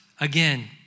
again